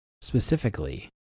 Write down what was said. specifically